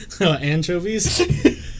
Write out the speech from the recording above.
anchovies